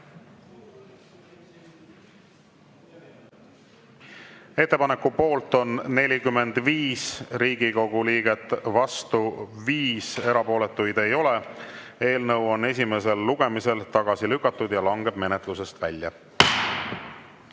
Ettepaneku poolt oli 49 Riigikogu liiget, vastu 11, erapooletuid 0. Eelnõu on esimesel lugemisel tagasi lükatud ja langeb menetlusest välja.